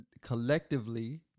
collectively